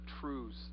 truths